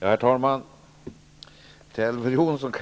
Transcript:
Herr talman! Elver Jonsson